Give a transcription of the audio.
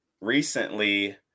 recently